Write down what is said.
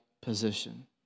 position